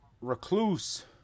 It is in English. recluse